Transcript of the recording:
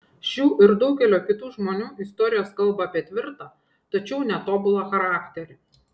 šių ir daugelio kitų žmonių istorijos kalba apie tvirtą tačiau netobulą charakterį